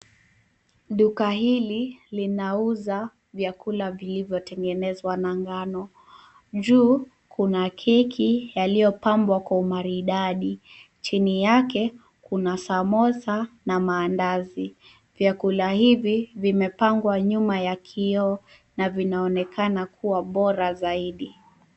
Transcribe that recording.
Duka hili linauza vyakula vilivyotengenezwa na ngano. Juu kuna keki yaliyopambwa kwa umaridadi. Chini yake kuna samosa na maandazi. Vyakula hivi vimepangwa nyuma ya kioo na vinaonekana kuwa bora zaidi.